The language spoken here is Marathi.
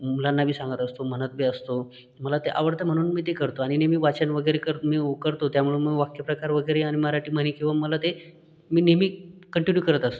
मुलांना बी सांगत असतो म्हणत बी असतो मला ते आवडतं म्हणून मी ते करतो आणि नेहमी वाचन वगैरे कर मी करतो त्यामुळं मग वाक्यप्रकार वगैरे अन् मराठी म्हणी किंवा मला ते मी नेहमी कंटिन्यू करत असतो